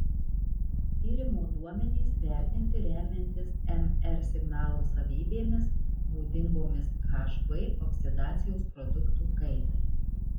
tyrimo duomenys vertinti remiantis mr signalo savybėmis būdingomis hb oksidacijos produktų kaitai